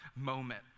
moment